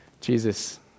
Jesus